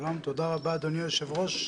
תודה רבה, אדוני היושב-ראש.